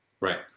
Right